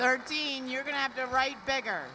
thirteen you're going to have the right beggar